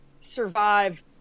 survive